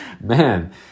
Man